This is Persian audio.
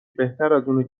بهترازاینه